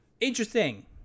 interesting